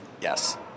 Yes